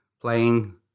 playing